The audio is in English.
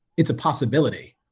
it's a possibility.